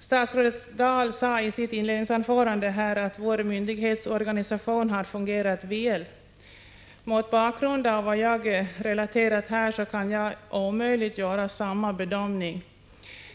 Statsrådet Dahl sade i sitt inledningsanförande att ”vår myndighetsorganisation har fungerat väl”. Mot bakgrund av vad jag relaterat här kan jag omöjligt göra samma bedömning.